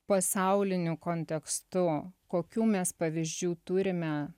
pasauliniu kontekstu kokių mes pavyzdžių turime